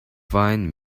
find